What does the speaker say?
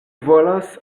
volas